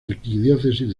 arquidiócesis